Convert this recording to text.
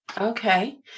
Okay